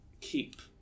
keep